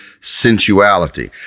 sensuality